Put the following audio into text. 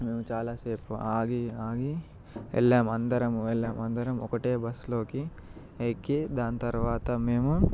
మేము చాలాసేపు ఆగి ఆగి వెళ్ళాము అందరం వెళ్ళాము అందరం ఒకటే బస్సులోకి ఎక్కి దాని తరువాత మేము